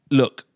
look